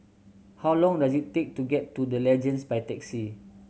how long does it take to get to The Legends by taxi